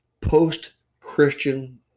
post-Christian